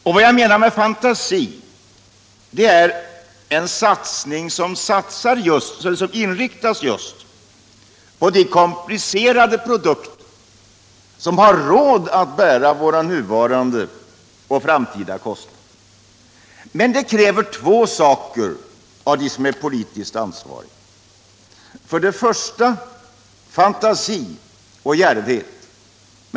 När jag talar om fantasi menar jag att man bör göra en satsning som inriktas just på de komplicerade produkter som kan bära våra nuvarande och framtida kostnader. Men detta kräver två saker av dem som är politiskt ansvariga. För det första krävs det som sagt fantasi och djärvhet.